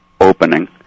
opening